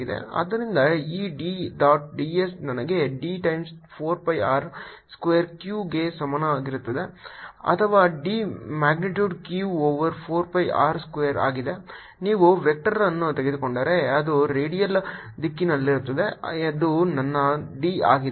ಆದ್ದರಿಂದ ಈ D dot d s ನನಗೆ D times 4 pi r square Q ಗೆ ಸಮಾನವಾಗಿರುತ್ತದೆ ಅಥವಾ D magnitude q over 4 pi r square ಆಗಿದೆ ನೀವು ವೆಕ್ಟರ್ ಅನ್ನು ತೆಗೆದುಕೊಂಡರೆ ಅದು ರೇಡಿಯಲ್ ದಿಕ್ಕಿನಲ್ಲಿರುತ್ತದೆ ಅದು ನನ್ನ D ಆಗಿದೆ